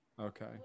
Okay